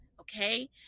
Okay